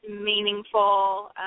meaningful